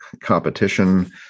competition